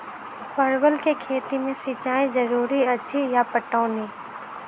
परवल केँ खेती मे सिंचाई जरूरी अछि या पटौनी?